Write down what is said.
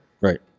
Right